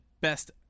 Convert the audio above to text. best